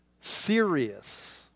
serious